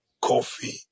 Coffee